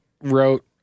wrote